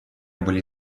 были